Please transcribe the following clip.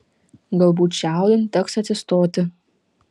galbūt čiaudint teks atsistoti